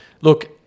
look